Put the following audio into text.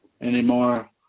anymore